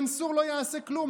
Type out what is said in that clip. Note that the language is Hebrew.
מנסור לא יעשה כלום,